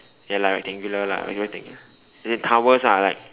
ya lah rectangular lah rectangular as in towers are like